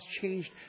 changed